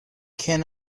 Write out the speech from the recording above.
can